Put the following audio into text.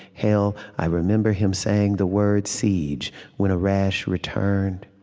hell, i remember him saying the word siege when a rash returned.